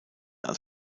als